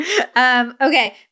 Okay